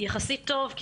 יחסית טוב,